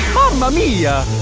mama mia